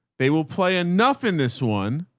they will play enough in this one.